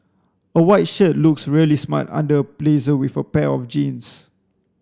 a white shirt looks really smart under a blazer with a pair of jeans